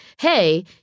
hey